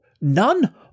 None